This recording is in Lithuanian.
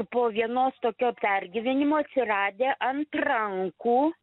po vienos tokio pergyvenimo atsiradę ant rankų